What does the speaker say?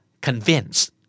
Convince